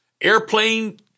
Airplane